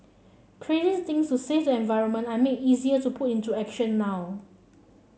crazy things to save the environment are made easier to put into action now